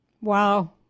Wow